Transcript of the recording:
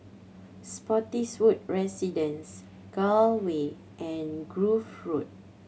Spottiswoode Residence Gul Way and Grove Road